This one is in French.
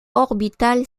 orbital